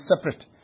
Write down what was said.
separate